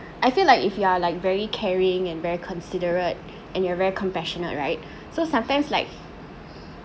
I feel like if you are like very caring and very considerate and you're very compassionate right so sometimes like